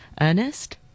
Ernest